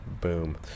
Boom